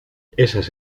esas